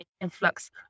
influx